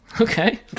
Okay